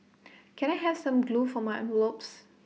can I have some glue for my envelopes